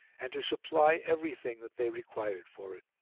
and to supply everything that they required for it.